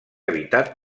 habitat